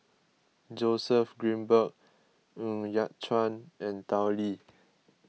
Joseph Grimberg Ng Yat Chuan and Tao Li